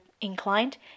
inclined